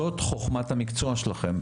זאת חוכמת המקצוע שלכם,